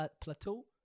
Plateau